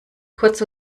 kurz